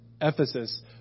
Ephesus